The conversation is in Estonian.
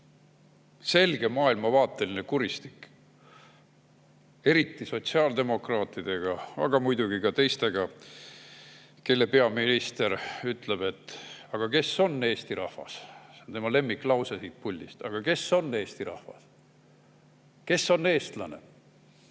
selge maailmavaateline kuristik, eriti [võrreldes meid] sotsiaaldemokraatidega, aga muidugi ka teistega, kelle peaminister [küsib], et aga kes on eesti rahvas. See on tema lemmiklause siin puldis: aga kes on eesti rahvas, kes on eestlane?